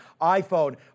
iPhone